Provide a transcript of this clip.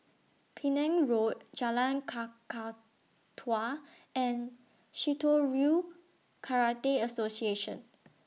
Penang Road Jalan Kakatua and Shitoryu Karate Association